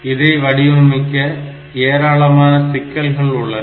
இதை வடிவமைக்க ஏராளமான சிக்கல்கள் உள்ளன